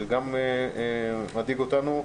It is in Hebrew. שזה גם מדאיג אותנו.